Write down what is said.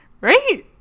right